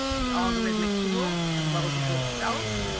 the algorithmic tool, as well as the rule itself,